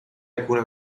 alcune